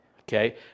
okay